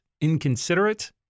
inconsiderate